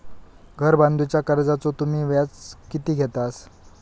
घर बांधूच्या कर्जाचो तुम्ही व्याज किती घेतास?